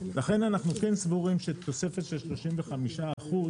לכן אנחנו כן סבורים שתוספת של 35 אחוזים